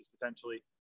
potentially